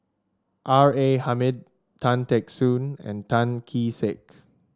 R A Hamid Tan Teck Soon and Tan Kee Sek